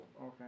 Okay